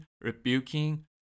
rebuking